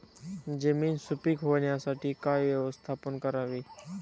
जमीन सुपीक होण्यासाठी काय व्यवस्थापन करावे?